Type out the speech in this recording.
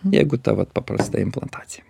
jeigu ta vat paprasta implantacija